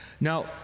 Now